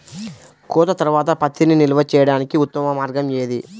కోత తర్వాత పత్తిని నిల్వ చేయడానికి ఉత్తమ మార్గం ఏది?